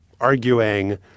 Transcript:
arguing